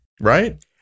right